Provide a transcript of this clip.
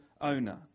owner